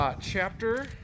chapter